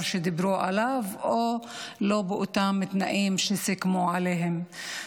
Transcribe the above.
שדיברו עליו או לא באותם התנאים שסיכמו עליהם.